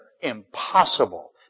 Impossible